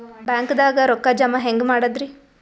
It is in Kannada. ಬ್ಯಾಂಕ್ದಾಗ ರೊಕ್ಕ ಜಮ ಹೆಂಗ್ ಮಾಡದ್ರಿ?